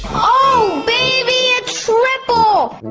oh baby a triple!